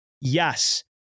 Yes